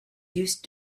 used